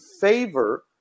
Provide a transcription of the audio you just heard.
favor